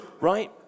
right